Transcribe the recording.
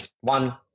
one